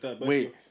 wait